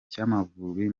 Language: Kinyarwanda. cy’amavubi